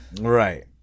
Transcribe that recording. Right